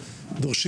תודה,